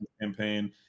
campaign